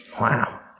Wow